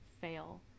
fail